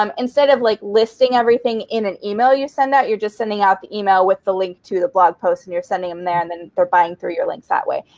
um instead of like listing everything in an email you send out, you're just sending out the email with the link to the blog post. and you're sending them there and then they're buying through your links that way.